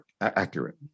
accurate